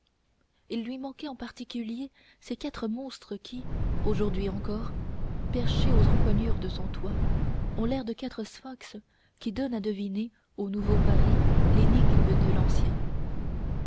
il lui manquait en particulier ces quatre monstres qui aujourd'hui encore perchés aux encoignures de son toit ont l'air de quatre sphinx qui donnent à deviner au nouveau paris l'énigme de l'ancien